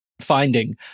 Finding